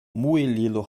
muelilo